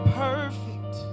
perfect